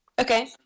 Okay